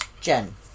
Jen